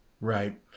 Right